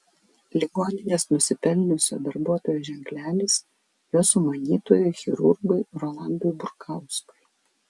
ligoninės nusipelniusio darbuotojo ženklelis jo sumanytojui chirurgui rolandui burkauskui